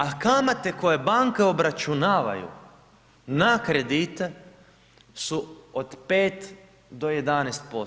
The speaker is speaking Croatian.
A kamate koje banke obračunavaju na kredite su od 5 do 11%